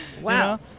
Wow